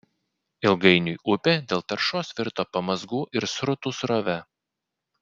ilgainiui upė dėl taršos virto pamazgų ir srutų srove